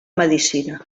medicina